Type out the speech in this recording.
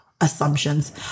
assumptions